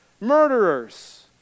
murderers